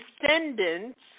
Descendants